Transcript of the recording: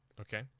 Okay